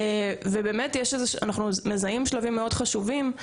אנחנו מזהים שלבים מאוד חשובים,